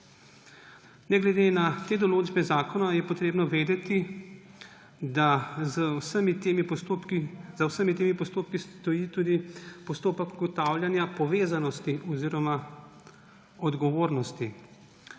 Ne glede na te določbe zakona je treba vedeti, da za vsemi temi postopki stoji tudi postopek ugotavljanja povezanosti oziroma odgovornosti.